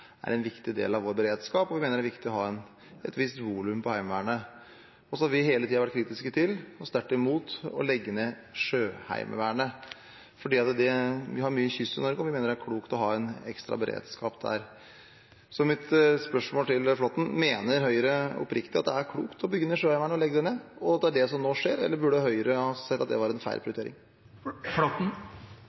er en viktig del av vår beredskap, og vi mener det er viktig å ha et visst volum på Heimevernet. Så har vi hele tiden vært kritiske til og sterkt imot å legge ned Sjøheimevernet, for vi har mye kyst i Norge, og vi mener det er klokt å ha en ekstra beredskap der. Så mitt spørsmål til Flåtten er: Mener Høyre oppriktig at det er klokt å bygge ned Sjøheimevernet, å legge det ned, og at det er det som nå skjer, eller burde Høyre ha sett at det var en feil prioritering?